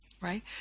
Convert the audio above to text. Right